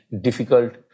difficult